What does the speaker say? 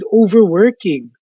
overworking